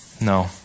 No